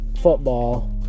football